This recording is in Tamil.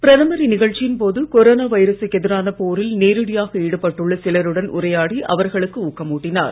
பிரதமர் இந்நிகழ்ச்சியின் போது கொரோனா வைரசுக்கு எதிரான போரில் நேரடியாக ஈடுபட்டுள்ள சிலருடன் உரையாடி அவர்களுக்கு ஊக்கம் ஊட்டினார்